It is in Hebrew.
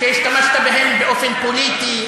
שהשתמשת בהן באופן פוליטי,